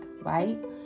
right